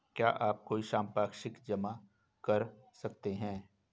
क्या आप कोई संपार्श्विक जमा कर सकते हैं?